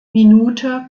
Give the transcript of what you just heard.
minute